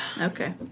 Okay